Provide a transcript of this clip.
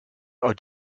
are